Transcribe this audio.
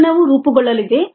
ಉತ್ಪನ್ನವು ರೂಪುಗೊಳ್ಳಲಿದೆ